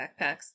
backpacks